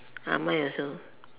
mine also